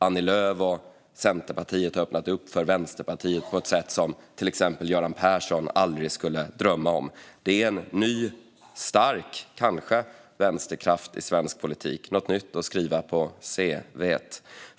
Annie Lööf och Centerpartiet har öppnat för Vänsterpartiet på ett sätt som till exempel Göran Persson aldrig skulle drömma om. Det är kanske en ny stark vänsterkraft i svensk politik. Det är något nytt att skriva på "C-V:t".